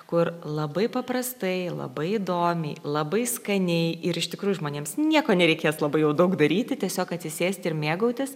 kur labai paprastai labai įdomiai labai skaniai ir iš tikrųjų žmonėms nieko nereikės labai jau daug daryti tiesiog atsisėsti ir mėgautis